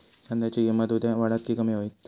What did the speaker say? कांद्याची किंमत उद्या वाढात की कमी होईत?